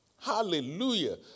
Hallelujah